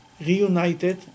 reunited